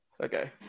Okay